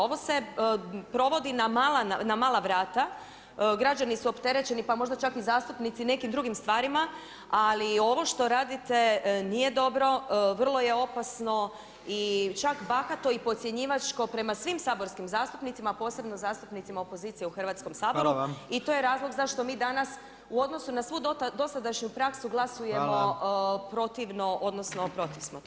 Ovo se provodi na mala vrata, građani su opterećeni pa možda čak i zastupnici nekim drugim stvarima, ali ovo što radite nije dobro, vrlo je opasno i čak bahato i podcjenjivačko prema svim saborskim zastupnicima, a posebno zastupnicima opozicije u Hrvatskom saboru [[Upadica Jandroković: Hvala vam.]] i to je razlog zašto mi danas u odnosu na svu dosadašnju praksu glasujemo protivno odnosno protiv smo toga.